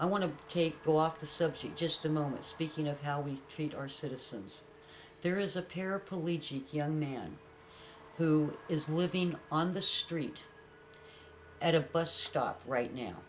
i want to take off the subject just a moment speaking of how we treat our citizens there is a paraplegic young man who is living on the street at a bus stop right now